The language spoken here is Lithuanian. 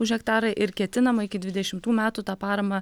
už hektarą ir ketinama iki dvidešimtų metų tą paramą